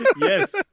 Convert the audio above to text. Yes